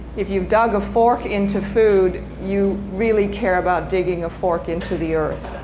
if you've dug a fork into food, you really care about digging a fork into the earth.